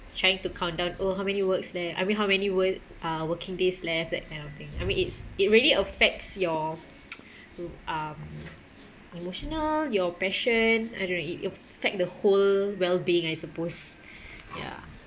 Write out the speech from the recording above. trying to count down oh how many works left I mean how many wo~ uh working days left that kind of thing I mean it's it really affects your um emotional your passion I don~ it affect the whole wellbeing I suppose ya